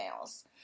emails